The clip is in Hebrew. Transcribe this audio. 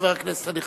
חבר הכנסת הנכבד.